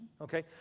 Okay